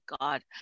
God